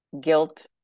guilt